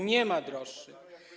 Nie ma droższych.